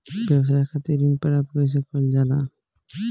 व्यवसाय खातिर ऋण प्राप्त कइसे कइल जाला?